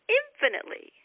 infinitely